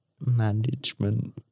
management